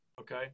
Okay